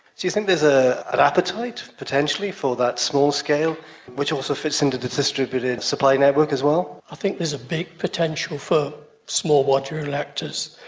do you think there's ah an appetite potentially for that small scale which also fits into the distributed supply network as well? i think there's a big potential for small watt reactors.